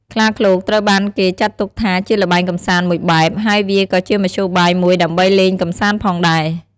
ខ្លាឃ្លោកត្រូវបានគេចាត់ទុកថាជាល្បែងកំសាន្តមួយបែប ហើយវាក៏ជាមធ្យោបាយមួយដើម្បីលេងកំសាន្តផងដែរ។